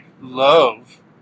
love